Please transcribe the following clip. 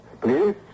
Please